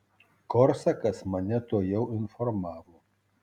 korsakas mane tuojau informavo